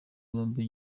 bombi